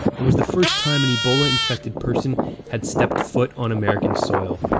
it was the first time an ebola-infected person had stepped foot on american soil.